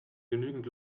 genügend